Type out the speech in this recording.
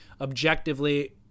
objectively